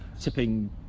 tipping